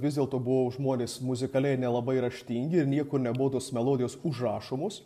vis dėlto buvo žmonės muzikaliai nelabai raštingi ir niekur nebuvo tos melodijos užrašomos